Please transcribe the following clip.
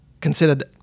considered